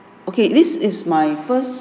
okay this is my first